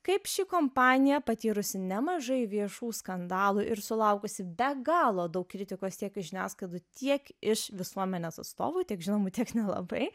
kaip ši kompanija patyrusi nemažai viešų skandalų ir sulaukusi be galo daug kritikos tiek iš žiniasklaidų tiek iš visuomenės atstovų tiek žinomų tiek nelabai